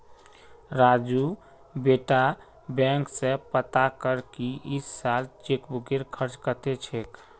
राजू बेटा बैंक स पता कर की इस साल चेकबुकेर खर्च कत्ते छेक